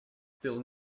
still